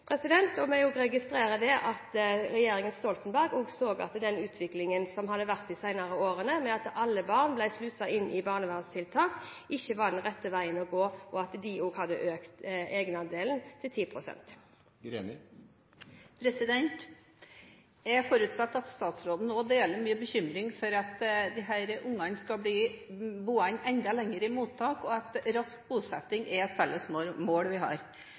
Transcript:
barnevernstiltak, ikke var den rette veien å gå, og at de også hadde økt egenandelen til 10 pst. Jeg forutsetter at statsråden deler min bekymring for at disse barna skal bli boende enda lenger i mottak, og at rask bosetting er et felles mål vi har.